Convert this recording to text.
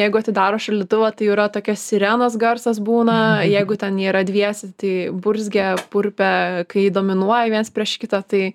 jeigu atidaro šaldytuvą tai yra tokia sirenos garsas būna jeigu ten jie yra dviese tai burzgia purpia kai dominuoja viens prieš kitą tai